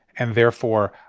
and therefore,